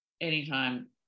anytime